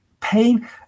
pain